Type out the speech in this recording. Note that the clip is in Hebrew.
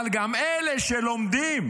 אבל גם אלה שלומדים